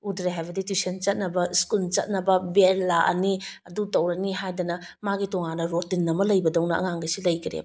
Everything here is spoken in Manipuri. ꯎꯗ꯭ꯔꯦ ꯍꯥꯏꯕꯗꯤ ꯇ꯭ꯌꯨꯁꯟ ꯆꯠꯅꯕ ꯁ꯭ꯀꯨꯜ ꯆꯠꯅꯕ ꯚꯦꯟ ꯂꯥꯛꯑꯅꯤ ꯑꯗꯨ ꯇꯧꯔꯅꯤ ꯍꯥꯏꯗꯅ ꯃꯥꯒꯤ ꯇꯣꯉꯥꯟꯅ ꯔꯣꯇꯤꯟ ꯑꯃ ꯂꯩꯕꯗꯧꯅ ꯑꯉꯥꯡꯈꯩꯁꯤ ꯂꯩꯈ꯭ꯔꯦꯕ